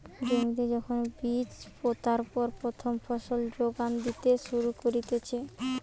জমিতে যখন বীজ পোতার পর প্রথম ফসল যোগান দিতে শুরু করতিছে